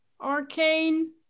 Arcane